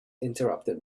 interrupted